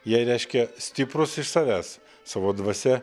jie reiškia stiprūs iš savęs savo dvasia